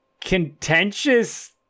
contentious